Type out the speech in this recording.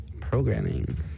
programming